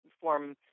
form